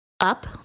up